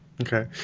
Okay